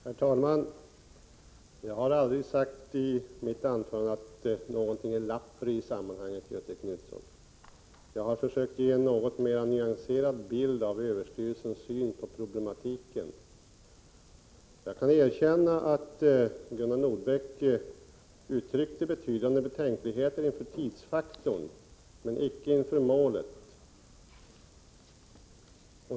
Herr talman! Jag har inte sagt i mitt anförande att någonting är lappri i sammanhanget, Göthe Knutson. Jag har försökt ge en något mera nyanserad bild av överstyrelsens syn på problematiken. Jag kan erkänna att Gunnar Nordbeck uttryckte betydande betänkligheter inför tidsfaktorn, men icke inför målet.